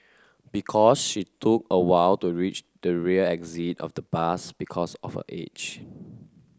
because she took a while to reach the rear exit of the bus because of her age